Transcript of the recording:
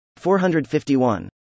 451